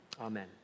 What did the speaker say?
Amen